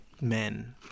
men